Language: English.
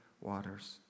waters